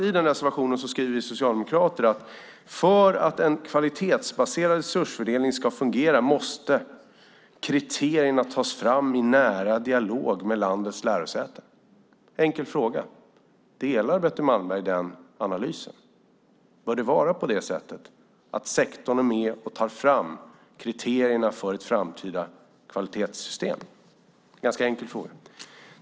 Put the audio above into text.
I reservationen skriver vi socialdemokrater: För att en kvalitetsbaserad resursfördelning ska fungera måste kriterierna tas fram i nära dialog med landets lärosäten. Jag har en enkel fråga: Delar Betty Malmberg den analysen? Bör det vara på det sättet att sektorn är med och tar fram kriterierna för ett framtida kvalitetssystem? Det är en ganska enkel fråga.